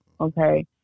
okay